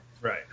Right